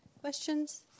questions